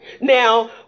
Now